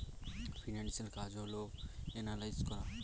financial কাজ হল analyse করা